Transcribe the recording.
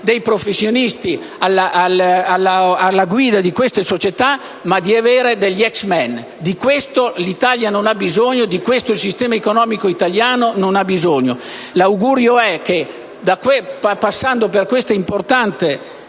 avere professionisti alla guida di dette società, ma degli "*yes* *men*". Di questo l'Italia non ha bisogno. Di questo il sistema economico italiano non ha bisogno. L'augurio è che, passando per questa importante